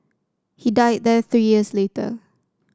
he died there three years later